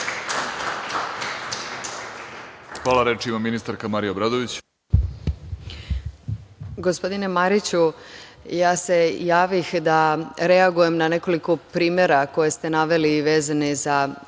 Hvala. Reč ima ministarka Marija Obradović.